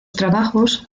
trabajos